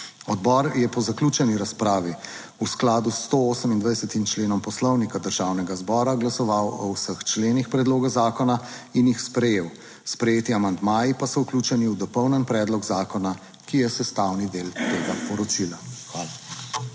Odbor je po zaključeni razpravi v skladu s 128. členom Poslovnika Državnega zbora glasoval o vseh členih predloga zakona in jih sprejel. Sprejeti amandmaji pa so vključeni v dopolnjen predlog zakona. Ki je sestavni del tega poročila.